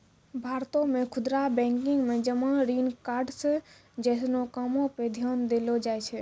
भारतो मे खुदरा बैंकिंग मे जमा ऋण कार्ड्स जैसनो कामो पे ध्यान देलो जाय छै